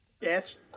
Yes